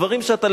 דברים שאתה,